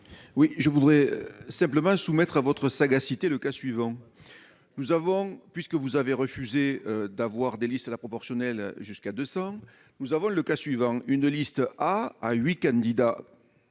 Oui, je voudrais simplement soumettre à votre sagacité le cas suivant nous avons puisque vous avez refusé d'avoir des listes à la proportionnelle, jusqu'à 200 nous avons le cas suivant une liste à à 8 candidats